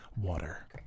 water